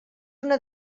una